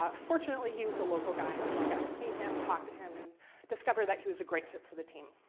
ah fortunately, he was a local guys, and so i got to meet him, talk to him and discover that he was a great for for the team.